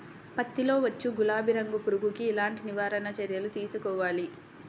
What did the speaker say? పత్తిలో వచ్చు గులాబీ రంగు పురుగుకి ఎలాంటి నివారణ చర్యలు తీసుకోవాలి?